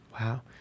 Wow